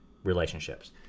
relationships